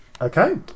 Okay